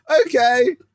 Okay